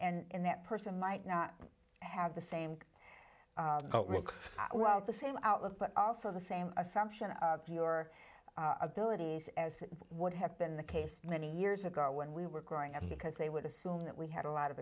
not and that person might not have the same risk well the same outlook but also the same assumption of your abilities as that would have been the case many years ago when we were growing up because they would assume that we had a lot of